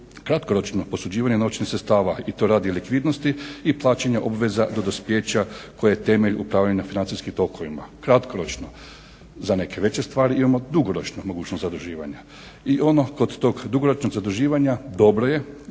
kratkoročno posuđivanje novčanih sredstava i to radi likvidnosti i plaćanja obveza do dospijeća koje je temelj upravljanja financijskim tokovima. Kratkoročno. Za neke veće stvari imamo dugoročnu mogućnost zaduživanja. I ono kod tog dugoročnog zaduživanja dobro je